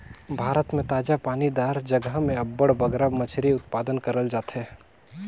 भारत में ताजा पानी दार जगहा में अब्बड़ बगरा मछरी उत्पादन करल जाथे